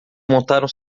montaram